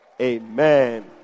Amen